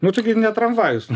nu tai ne tramvajus